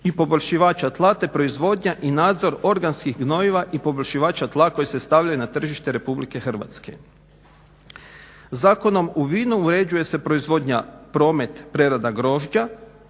i poboljšivača tla te proizvodnja i nadzor organskih gnojiva i poboljšivača tla koji se stavljaju na tržište RH. Zakonom o vinu uređuje se proizvodnja, promet, prerada grožđa,